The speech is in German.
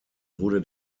wurde